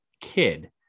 kid